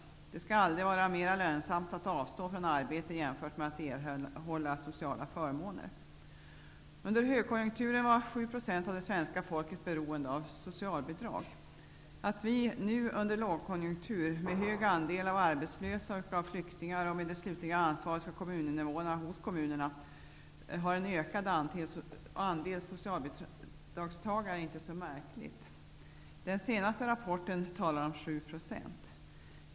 Det skall aldrig vara mera lönsamt att avstå från arbete jämfört med att erhålla sociala förmåner. Under högkonjunkturen var 5 % av det svenska folket beroende av socialbidrag. Att vi nu under lågkonjunktur, med hög andel arbetslösa och flyktingar och med det slutliga ansvaret för kommuninvånarna hos kommunerna, har en ökad andel socialbidragstagare är inte så märk ligt. Den senaste rapporten talar om 7 %.